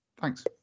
thanks